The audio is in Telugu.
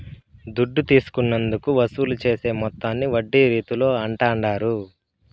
దుడ్డు తీసుకున్నందుకు వసూలు చేసే మొత్తాన్ని వడ్డీ రీతుల అంటాండారు